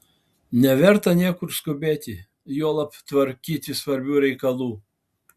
neverta niekur skubėti juolab tvarkyti svarbių reikalų